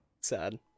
Sad